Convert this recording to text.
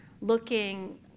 looking